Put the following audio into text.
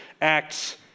Acts